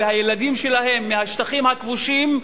והילדים שלהם מהשטחים הכבושים,